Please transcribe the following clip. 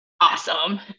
Awesome